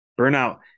Burnout